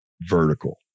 vertical